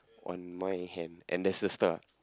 on my hand and there's a scar